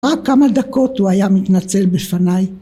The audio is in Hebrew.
רק כמה דקות הוא היה מתנצל בפניי.